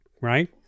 right